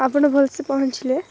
ଆପଣ ଭଲସେ ପହଞ୍ଚିଲେ